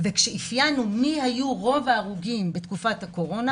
וכשאפיינו מי היו רוב ההרוגים בתקופת הקורונה,